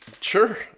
Sure